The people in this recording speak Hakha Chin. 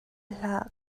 hlah